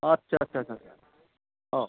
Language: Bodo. आथ्सा आथ्सा आथ्सा अ